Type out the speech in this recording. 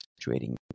trading